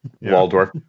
Waldorf